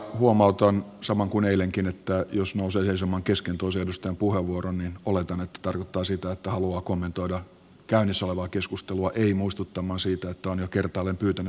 huomautan saman kuin eilenkin että jos nousee seisomaan kesken toisen edustajan puheenvuoron niin oletan että tarkoittaa sitä että haluaa kommentoida käynnissä olevaa keskustelua ei muistuttaa siitä että on jo kertaalleen pyytänyt puheenvuoron